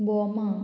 बोमा